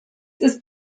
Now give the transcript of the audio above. ist